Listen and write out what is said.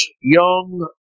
young